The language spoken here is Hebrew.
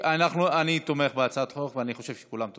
אני תומך בהצעת החוק ואני חושב שכולם תומכים.